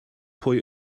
pwy